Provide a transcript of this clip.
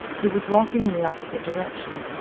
who was walking in the opposite direction.